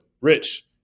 Rich